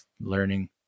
learning